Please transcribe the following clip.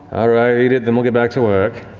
ah right, eat it, then we'll get back to work.